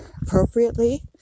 appropriately